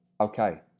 Okay